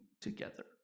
together